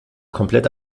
komplett